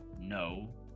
No